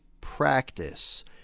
practice